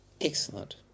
Excellent